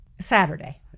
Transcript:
Saturday